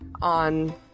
on